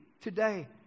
today